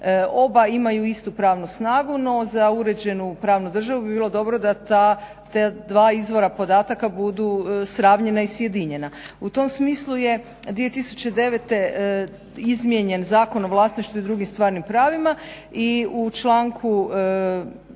Oba imaju istu pravnu snagu. No, za uređenu pravnu državu bi bilo dobro da ta dva izvora podataka budu sravnjena i sjedinjena. U tom smislu je 2009. izmijenjen Zakon o vlasništvu i drugim stvarnim pravima. I u članku